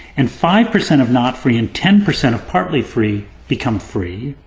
and five percent of not free, and ten percent of partly free become free.